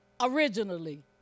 originally